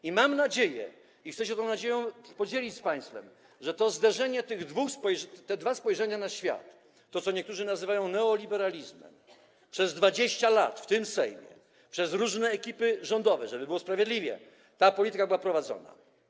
I mam nadzieję, i chcę się tą nadzieją podzielić z państwem, że to zderzenie tych dwóch spojrzeń na świat, tego, co niektórzy nazywają neoliberalizmem - przez 20 lat w tym Sejmie przez różne ekipy rządowe, żeby było sprawiedliwie, ta polityka była prowadzona.